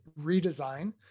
redesign